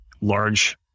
large